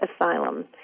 asylum